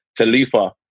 Talifa